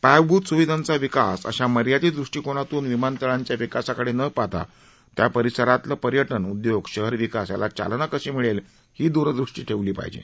पायाभूत स्विधांचा विकास अशा मर्यादित दृष्टीकोनातून विमानतळांच्या विकासाकडे न पाहता त्या परिसरातील पर्यटन उदयोग शहरविकासाला चालना कशी मिळेल ही दूरदृष्टी ठेवली पाहिजे